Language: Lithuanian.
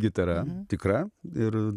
gitara tikra ir